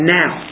now